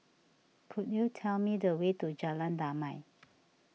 could you tell me the way to Jalan Damai